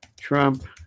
Trump